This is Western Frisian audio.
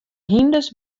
hynders